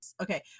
Okay